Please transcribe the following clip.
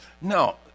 No